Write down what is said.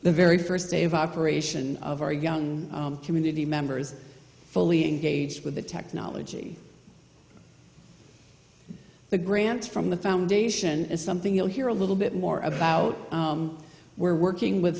the very first day of operation of our young community members fully engaged with the technology the grants from the foundation is something you'll hear a little bit more about we're working with